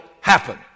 happen